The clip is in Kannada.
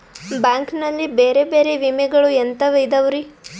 ಬ್ಯಾಂಕ್ ನಲ್ಲಿ ಬೇರೆ ಬೇರೆ ವಿಮೆಗಳು ಎಂತವ್ ಇದವ್ರಿ?